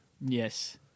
Yes